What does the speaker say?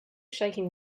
shaking